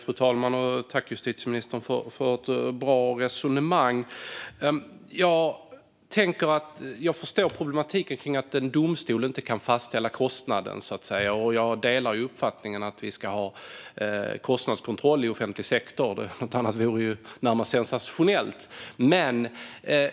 Fru talman! Jag tackar justitieministern för ett bra resonemang. Jag förstår problematiken kring att en domstol inte kan fastställa kostnaden, och jag delar uppfattningen att vi ska ha kostnadskontroll i offentlig sektor - något annat vore ju närmast sensationellt. Men